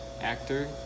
actor